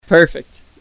perfect